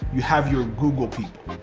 you have your google people.